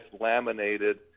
laminated